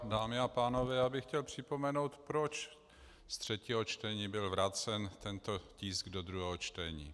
Dámy a pánové, já bych chtěl připomenout, proč z třetího čtení byl vrácen tento tisk do druhého čtení.